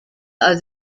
are